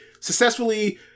successfully